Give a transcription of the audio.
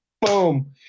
boom